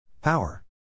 Power